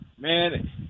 man